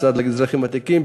המשרד לאזרחים ותיקים,